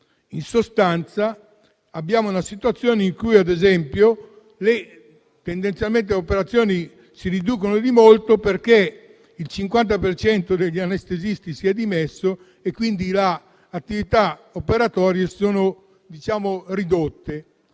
In sostanza, abbiamo una situazione in cui, ad esempio, le operazioni si riducono di molto, perché il 50 per cento degli anestesisti si è dimesso e quindi le attività operatorie sono ridotte.